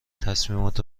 تصمیمات